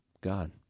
God